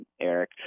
Eric